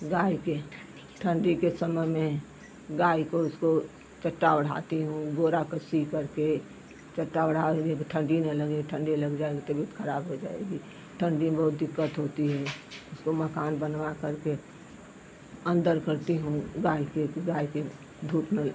गाय के ठंडी के समय में गाय को उसको चट्टा ओढ़ाती हूँ बोरा कसी करके चट्टा ओढा ओढ़ा येदे ठंडी न लगे ठंडी लग जाए तबियत खराब हो जाएगी ठंडी म बहुत दिक्कत होती है उसको मकान बनवा करके अन्दर करती हूँ गाय के गाय के धूप न